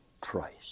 price